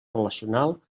relacional